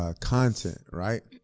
ah content, right?